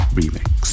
remix